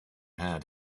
had